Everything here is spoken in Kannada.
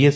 ಎಸ್